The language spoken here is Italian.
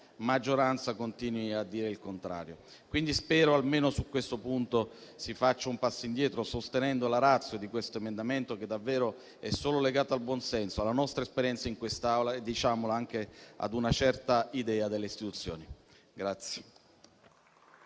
maggioranza continui a dire il contrario. Spero che almeno su questo punto si faccia un passo indietro, sostenendo la *ratio* di questo emendamento, che davvero è solo legato al buonsenso, alla nostra esperienza in quest'Aula e - diciamolo - anche ad una certa idea delle istituzioni.